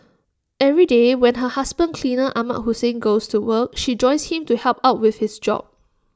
every day when her husband cleaner Ahmad Hussein goes to work she joins him to help out with his job